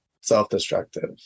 self-destructive